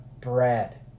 bread